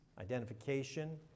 identification